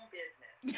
business